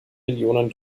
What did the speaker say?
millionen